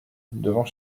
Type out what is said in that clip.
devant